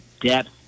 depth